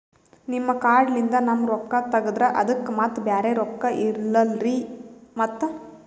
ನಿಮ್ ಕಾರ್ಡ್ ಲಿಂದ ನಮ್ ರೊಕ್ಕ ತಗದ್ರ ಅದಕ್ಕ ಮತ್ತ ಬ್ಯಾರೆ ರೊಕ್ಕ ಇಲ್ಲಲ್ರಿ ಮತ್ತ?